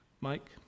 Mike